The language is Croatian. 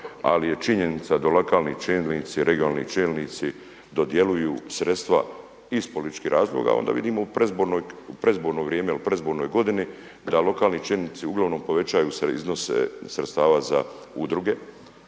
ali je činjenica da lokalni čelnici, regionalni čelnici dodjeljuju sredstva iz političkih razloga. Onda vidimo u predizborno vrijeme, u predizbornoj godini da lokalni čelnici uglavnom povećaju iznose sredstava za udruge